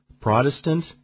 Protestant